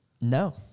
No